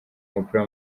w’umupira